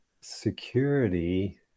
security